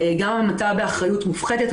גם המתה באחריות מופחתת.